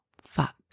fuck